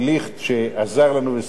שעזר לנו וסייע לנו,